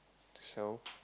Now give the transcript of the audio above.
so